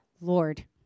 Lord